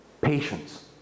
patience